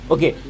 Okay